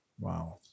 Wow